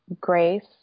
grace